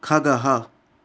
खगः